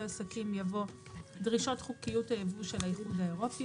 עסקים" יבוא "דרישות חוקיות היבוא של האיחוד האירופי,